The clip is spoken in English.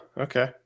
Okay